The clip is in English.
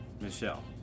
michelle